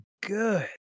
good